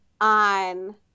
on